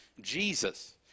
Jesus